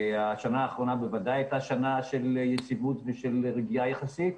השנה האחרונה בוודאי הייתה שנה של יציבות ושל רגיעה יחסית.